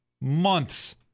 months